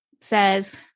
says